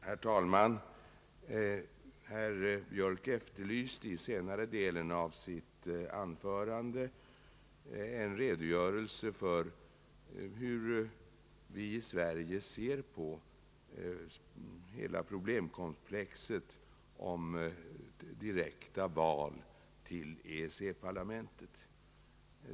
Herr talman! Herr Björk efterlyste i senare delen av sitt anförande en redogörelse för hur vi i Sverige ser på hela problemkomplexet om direkta val till EEC-parlamentet.